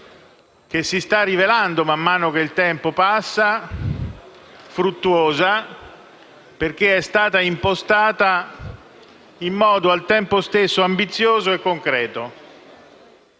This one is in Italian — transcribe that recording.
che si sta rivelando, man mano che il tempo passa, fruttuosa, perché è stata impostata in modo al tempo stesso ambizioso e concreto.